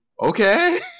Okay